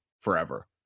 forever